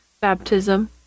baptism